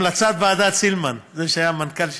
המלצת ועדת סילמן, זה שהיה המנכ"ל שלי.